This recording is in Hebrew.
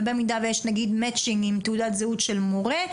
ובמידה ויש נגיד מצ'ינג עם תעודת זהות של מורה,